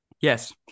Yes